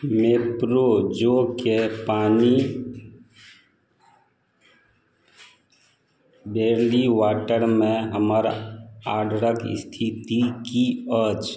मेप्रो जौके पानि वाटरमे हमर ऑर्डरक स्थिति की अछि